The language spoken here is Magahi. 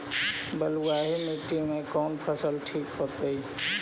बलुआही मिट्टी में कौन फसल ठिक होतइ?